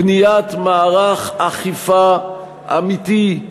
בניית מערך אכיפה אמיתי,